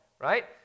right